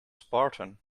spartan